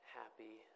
happy